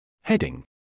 Heading